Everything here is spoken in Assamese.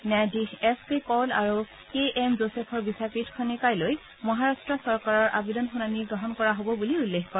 ন্যায়াধীশ এছ কে কৌল আৰু কে এম জোশেফৰ বিচাৰপীঠখনে কাইলৈ মহাৰট্ট চৰকাৰৰ আবেদনৰ শুনানি গ্ৰহণ কৰা হব বুলি উল্লেখ কৰে